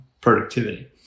productivity